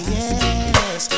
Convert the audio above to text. yes